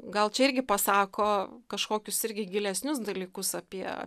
gal čia irgi pasako kažkokius irgi gilesnius dalykus apie